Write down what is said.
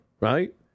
right